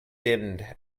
dimmed